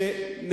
כן, בין היתר.